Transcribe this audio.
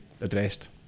addressed